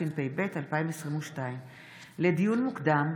התשפ"ב 2022. לדיון מוקדם,